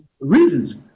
reasons